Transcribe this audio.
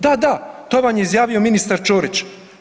Da, da, to vam je izjavio ministar Ćorić.